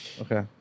Okay